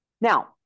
Now